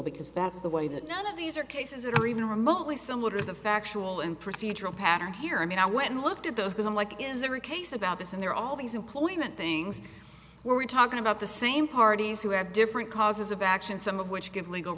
because that's the way that none of these are cases that are even remotely similar to the factual and procedural pattern here i mean i went and looked at those because i'm like is there a case about this and there are all these employment things we're talking about the same parties who have different causes of action some of which give legal